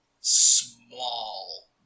small